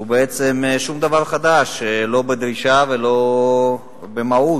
ובעצם שום דבר חדש, לא בדרישה ולא במהות.